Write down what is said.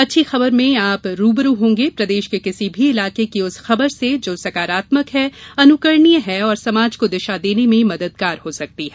अच्छी खबर में आप रूबरू होंगे प्रदेश के किसी भी इलाके की उस खबर से जो सकारात्मक है अनुकरणीय है और समाज को दिशा देने में मददगार हो सकती है